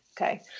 okay